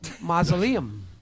Mausoleum